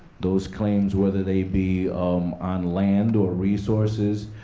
those claims, whether they be on land or resources,